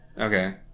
Okay